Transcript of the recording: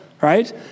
right